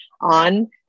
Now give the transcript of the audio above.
on